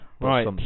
right